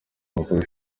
mukuru